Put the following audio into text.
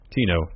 Tino